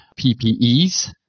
PPEs